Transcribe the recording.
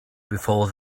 before